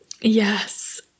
Yes